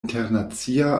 internacia